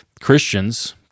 Christians